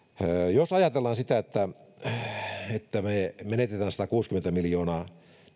jos ajatellaan sitä että me menetämme satakuusikymmentä miljoonaa